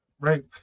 Right